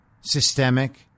systemic